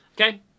Okay